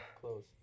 Close